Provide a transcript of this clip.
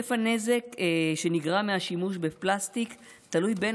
היקף הנזק שנגרם מהשימוש בפלסטיק תלוי בין